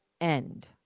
end